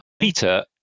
Peter